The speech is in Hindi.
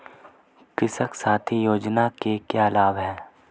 कृषक साथी योजना के क्या लाभ हैं?